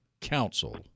Council